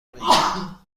بگیرید